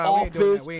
office